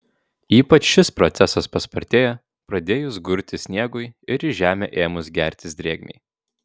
ypač šis procesas paspartėja pradėjus gurti sniegui ir į žemę ėmus gertis drėgmei